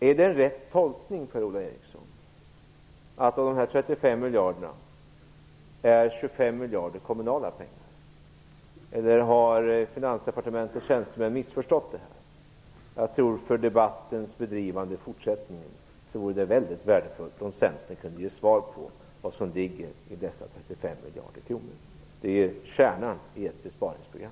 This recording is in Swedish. Är det en rätt tolkning, Per-Ola Eriksson, att 25 miljarder av dessa 35 miljarder är kommunala pengar, eller har Finansdepartementets tjänstemän missuppfattat detta? Jag tror att det för den fortsatta debatten vore väldigt värdefullt om Centern kunde ge svar på vad som ligger i dessa 35 miljarder kronor. Det är kärnan i ert besparingsprogram.